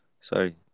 Sorry